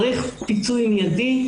צריך פיצוי מיידי.